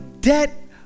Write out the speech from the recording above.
debt